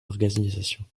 organisation